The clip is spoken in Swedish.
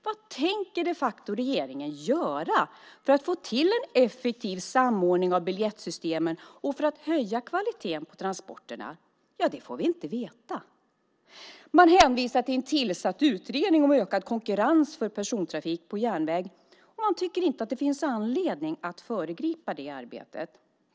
Vad tänker regeringen de facto göra för att få till en effektiv samordning av biljettsystemen och för att höja kvaliteten på transporterna? Det får vi inte veta. Man hänvisar till en tillsatt utredning om ökad konkurrens för persontrafik på järnväg, och man tycker inte att det finns anledning att föregripa detta arbete.